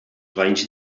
banys